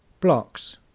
Blocks